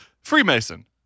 Freemason